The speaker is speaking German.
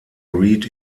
reid